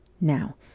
Now